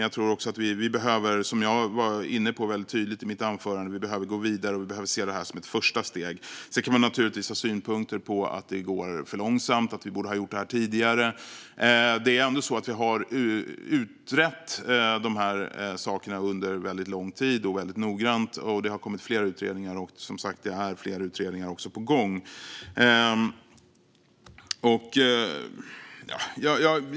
Jag tror också, som jag tydligt var inne på i mitt anförande, att vi behöver gå vidare och se det här som ett första steg. Man kan naturligtvis ha synpunkter på att det går för långsamt och att vi borde ha gjort det här tidigare, men det är ändå så att vi har utrett de här sakerna under lång tid och väldigt noggrant. Det har kommit flera utredningar, och det är som sagt fler på gång.